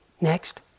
Next